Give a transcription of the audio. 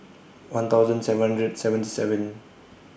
one thousand seven hundred and seventy seven